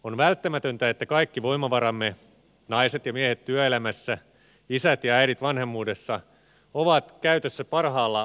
on välttämätöntä että kaikki voimavaramme naiset ja miehet työelämässä isät ja äidit vanhemmuudessa ovat käytössä parhaalla mahdollisella tavalla